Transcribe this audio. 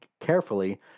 carefully